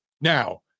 now